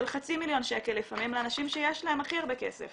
חצי מיליון שקל לפעמים לאנשים שיש להם הכי הרבה כסף